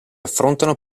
affrontano